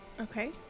Okay